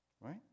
Right